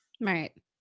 Right